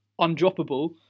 undroppable